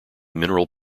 mineral